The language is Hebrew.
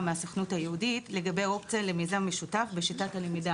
מהסוכנות היהודית לגבי אופציה למיזם משותף בשיטת הלמידה